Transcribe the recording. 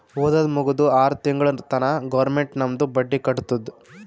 ಓದದ್ ಮುಗ್ದು ಆರ್ ತಿಂಗುಳ ತನಾ ಗೌರ್ಮೆಂಟ್ ನಮ್ದು ಬಡ್ಡಿ ಕಟ್ಟತ್ತುದ್